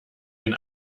den